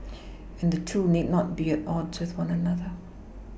and the two need not be at odds with one another